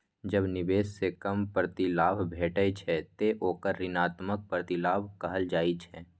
जब निवेश सं कम प्रतिलाभ भेटै छै, ते ओकरा ऋणात्मक प्रतिलाभ कहल जाइ छै